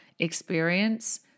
experience